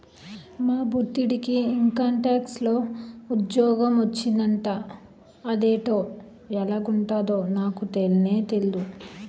మా బొట్టిడికి ఇంకంటాక్స్ లో ఉజ్జోగ మొచ్చిందట అదేటో ఎలగుంటదో నాకు తెల్నే తెల్దు